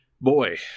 boy